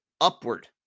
upward